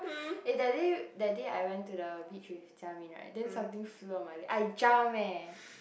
eh that day that day I went to the beach with Jia-Min right then something flew onto my leg I jumped leh